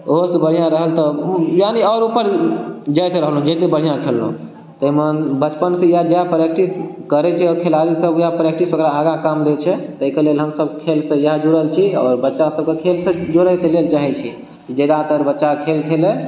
ओहो सऽ बढ़िऑं रहल तऽ यानी आओर ऊपर जायत रहलहुॅं जते बढियऑं खेललहुॅं ताहिमे बचपन सऽ इएह जएह प्रैक्टिस करै छै खिलाड़ी सब वएह प्रैक्टिस ओकरा आगाँ काम दै छै ताहिके लेल हमसब खेल सऽ जुड़ल छी आओर बच्चा सब के खेल सऽ जोड़य के लेल चाहै छी जे जादातर बच्चा खेल खेलय